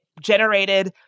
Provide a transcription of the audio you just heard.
generated